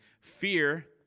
fear